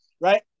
right